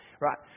right